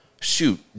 shoot